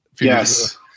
Yes